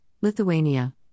Lithuania